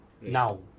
Now